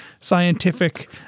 scientific